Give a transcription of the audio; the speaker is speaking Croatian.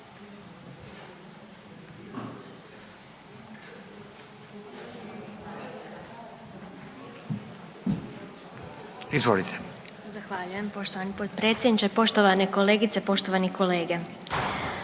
(SDP)** Zahvaljujem poštovani potpredsjedniče. Poštovane kolegice, poštovani kolege,